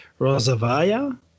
Rosavaya